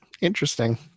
Interesting